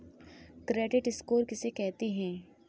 Credit score किसे कहते हैं?